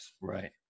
right